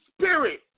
spirit